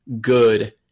good